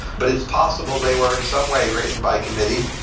but it's possible they were in some way written by committee.